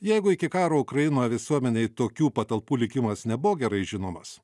jeigu iki karo ukrainoj visuomenei tokių patalpų likimas nebuvo gerai žinomas